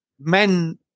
men